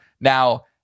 Now